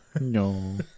No